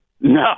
No